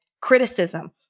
criticism